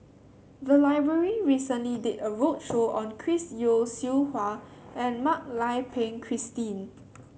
the library recently did a roadshow on Chris Yeo Siew Hua and Mak Lai Peng Christine